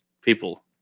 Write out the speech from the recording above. People